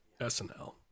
SNL